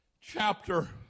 chapter